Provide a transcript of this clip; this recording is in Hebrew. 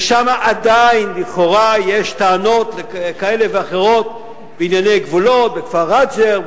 ושם עדיין לכאורה יש טענות כאלה ואחרות בענייני גבולות בכפר רג'ר,